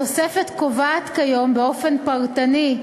התוספת קובעת כיום באופן פרטני,